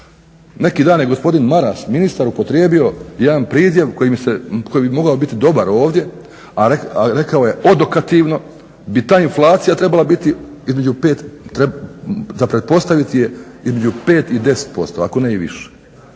neki dan je gospodin Maras ministar upotrijebio jedan pridjev koji bi mogao biti dobar ovdje, a rekao je odokativno bi ta inflacija trebala biti između 5, za pretpostaviti je između 5 i 10% ako ne i više.